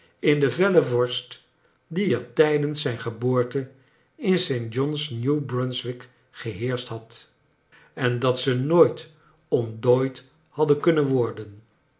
in de felle vorst die er tijdens zijne geboorte in saint john's new brunswick geheerscht had en dat ze nooit ontdooid hadden kunnen worden